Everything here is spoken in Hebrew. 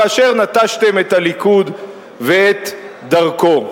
כאשר נטשתם את הליכוד ואת דרכו.